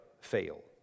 fail